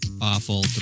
awful